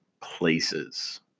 places